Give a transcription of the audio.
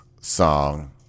song